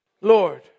Lord